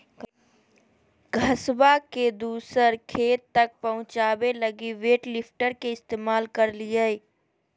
घसबा के दूसर खेत तक पहुंचाबे लगी वेट लिफ्टर के इस्तेमाल करलियै